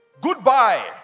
goodbye